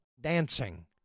dancing